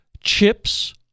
chips